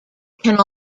can